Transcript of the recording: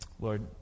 Lord